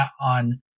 on